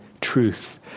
truth